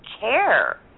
care